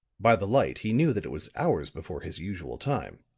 by the light he knew that it was hours before his usual time.